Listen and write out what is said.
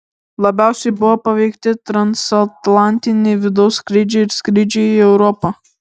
labiausiai buvo paveikti transatlantiniai vidaus skrydžiai ir skrydžiai į europą